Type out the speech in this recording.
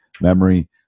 memory